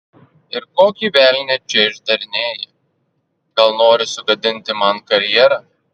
ir kokį velnią čia išdarinėji gal nori sugadinti man karjerą